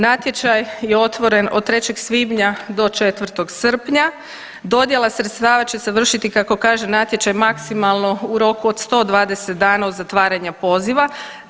Natječaj je otvoren od 3. svibnja do 4. srpnja, dodjela sredstava će se vršiti kako kaže natječaj maksimalno u roku od 120 dana od zatvaranja poziva.